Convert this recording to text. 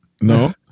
No